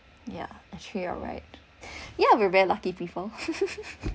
ya actually you're right yeah we're very lucky